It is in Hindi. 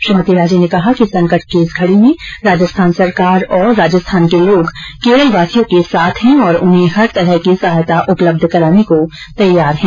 श्रीमती राजे ने कहा कि संकट की इस घड़ी में राजस्थान सरकार और राजस्थान के लोग केरलवासियों के साथ हैं और उन्हें हर तरह की सहायता उपलब्ध कराने को तैयार हैं